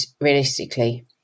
realistically